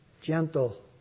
Gentle